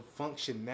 functionality